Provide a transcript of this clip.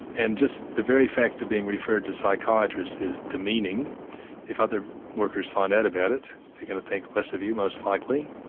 and just the very fact of being referred to a psychiatrist is demeaning if other workers find out about it they are going to think less of you most likely.